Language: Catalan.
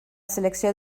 selecció